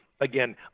again